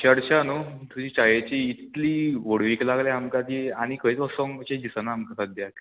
चर्चा न्हू तुजी चायेची इतली व्हडवीक लागल्या आमकां की आनी खंयच वोसोंकशें दिसना आमकां सद्याक